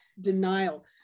Denial